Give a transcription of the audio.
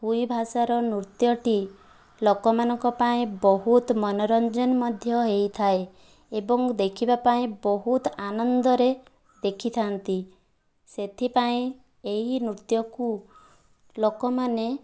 କୁଇଭାଷାର ନୃତ୍ୟଟି ଲୋକମାନଙ୍କ ପାଇଁ ବହୁତ ମନୋରଂଜନ ମଧ୍ୟ ହୋଇଥାଏ ଏବଂ ଦେଖିବାପାଇଁ ବହୁତ ଆନନ୍ଦରେ ଦେଖିଥାନ୍ତି ସେଥିପାଇଁ ଏହି ନୃତ୍ୟକୁ ଲୋକମାନେ